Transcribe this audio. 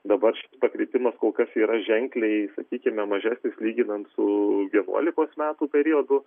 dabar kritimas kol kas yra ženkliai sakykime mažesnis lyginant su vienuolikos metų periodu